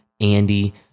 Andy